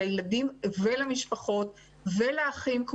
לילדים ולמשפחות ולאחים,